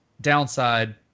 downside